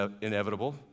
inevitable